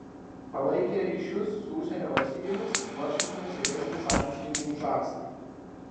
palaikė ryšius su užsienio valstybėmis svarsčiusiomis įvesti sankcijų kinšasai